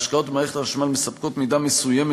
ההשקעות במערכת החשמל מספקות מידה מסוימת